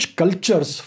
cultures